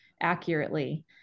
accurately